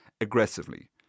aggressively